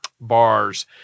bars